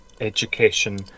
education